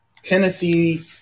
Tennessee